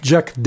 Jack